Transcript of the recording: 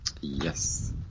Yes